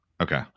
Okay